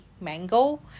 mango